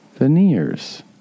Veneers